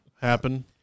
happen